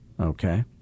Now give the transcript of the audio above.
okay